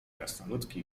krasnoludki